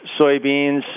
soybeans